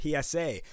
PSA